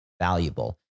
valuable